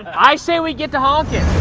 i say we get to honking.